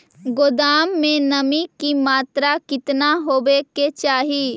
गोदाम मे नमी की मात्रा कितना होबे के चाही?